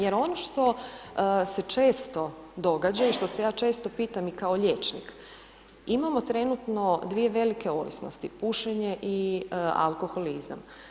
Jer ono što se često događa i što se ja često pitam i kao liječnik, imamo trenutno dvije velike ovisnosti, pušenje i alkoholizam.